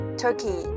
turkey